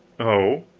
oh,